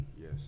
Yes